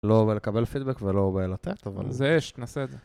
לא רואה לקבל פידבק ולא רואה לתת, אבל זה יש, תנסה את זה.